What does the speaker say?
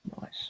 Nice